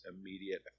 immediate